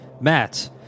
Matt